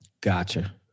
Gotcha